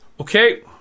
Okay